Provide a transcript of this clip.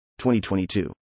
2022